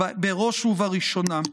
בראש ובראשונה.